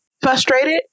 frustrated